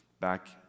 back